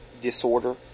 disorder